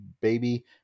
baby